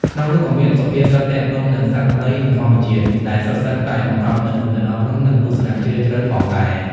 ក្នុងនោះក៏មានសុភាសិតទាក់ទងនឹងសត្វព្រៃ និងធម្មជាតិ ដែលសុទ្ធសឹងតែបង្កប់នូវគំនិតអប់រំ និងទស្សនៈជ្រាលជ្រៅផងដែរ។